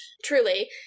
Truly